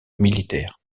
militaire